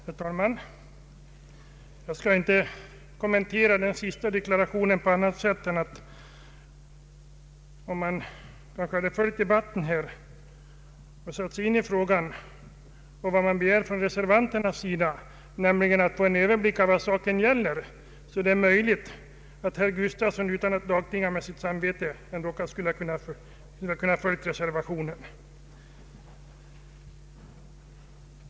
Herr talman! Jag skall inte kommentera det senaste inlägget på annat sätt än att säga, att om herr Gustafsson hade följt debatten här i kammaren och satt sig in i frågan och i vad reservanterna begär, nämligen att få en samordnad överblick över eventuell utbyggnad av våra vatten, då är det möjligt att herr Gustafsson utan att dagtinga med sitt samvete hade kunnat rösta på reservationen.